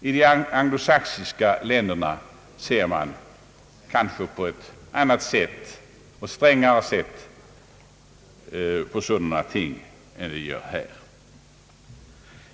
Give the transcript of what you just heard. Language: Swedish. I de anglosaxiska länderna ser man kanske på ett annat och strängare sätt på sådana ting än vad vi gör här.